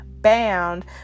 bound